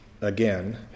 again